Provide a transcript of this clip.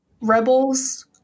rebels